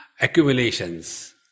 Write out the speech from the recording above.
accumulations